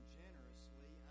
generously